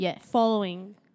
following